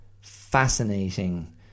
fascinating